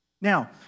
Now